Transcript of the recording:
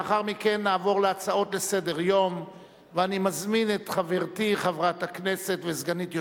אני קובע שהצעתו של חבר הכנסת נחמן